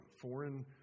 foreign